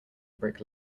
brick